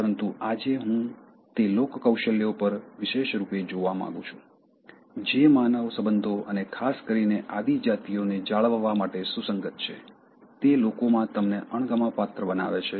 પરંતુ આજે હું તે લોક કૌશલ્યો પર વિશેષ રૂપે જોવા માંગુ છું જે માનવ સંબંધો અને ખાસ કરીને આદિજાતિઓને જાળવવા માટે સુસંગત છે તે લોકોમાં તમને અણગમાપાત્ર બનાવે છે